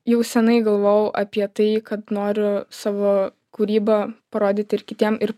jau senai galvojau apie tai kad noriu savo kūrybą parodyti ir kitiem ir